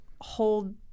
hold